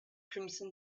crimson